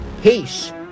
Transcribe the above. Peace